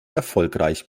erfolgreich